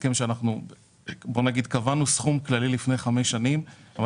הסכם שבוא נגיד שקבענו סכום כללי לפני חמש שנים אבל